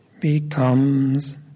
becomes